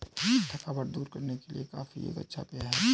थकावट दूर करने के लिए कॉफी एक अच्छा पेय है